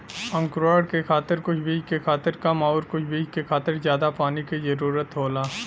अंकुरण के खातिर कुछ बीज के खातिर कम आउर कुछ बीज के खातिर जादा पानी क जरूरत होला